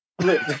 Look